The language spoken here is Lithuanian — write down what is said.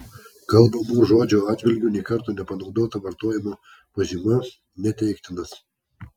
kalbamų žodžių atžvilgiu nė karto nepanaudota vartojimo pažyma neteiktinas